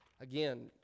Again